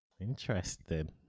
Interesting